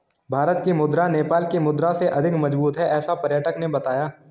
भारत की मुद्रा नेपाल के मुद्रा से अधिक मजबूत है ऐसा पर्यटक ने बताया